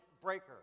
breaker